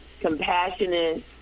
compassionate